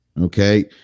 Okay